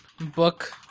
book